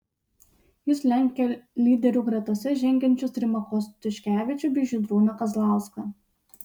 jis lenkia lyderių gretose žengiančius rimą kostiuškevičių bei žydrūną kazlauską